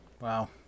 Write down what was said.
Wow